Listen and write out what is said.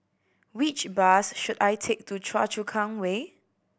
which bus should I take to Choa Chu Kang Way